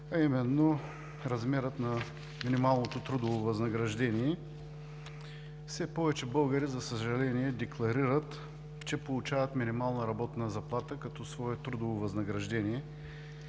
а именно за размера на минималното трудово възнаграждение. Все повече българи, за съжаление, декларират, че получават минимална работна заплата като свое трудово възнаграждение.